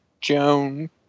Joan